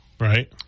Right